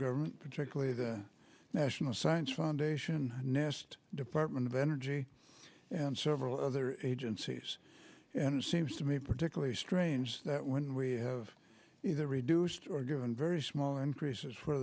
government particularly the national science foundation nast department of energy and several other agencies and it seems to me particularly strange that when we have either reduced or given very small increases for